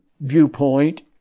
viewpoint